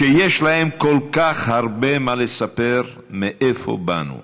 שיש להם כל כך הרבה מה לספר על מאיפה באנו,